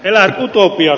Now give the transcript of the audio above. arvoisa puhemies